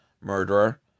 murderer